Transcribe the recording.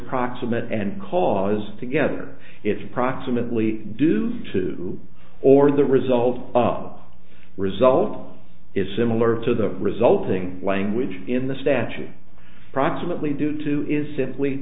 proximate and cause together it's approximately due to or the result of result is similar to the resulting language in the statute approximately due to is simply